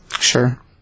Sure